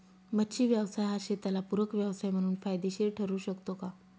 मच्छी व्यवसाय हा शेताला पूरक व्यवसाय म्हणून फायदेशीर ठरु शकतो का?